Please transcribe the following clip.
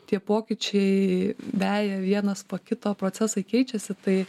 tie pokyčiai veja vienas po kito procesai keičiasi tai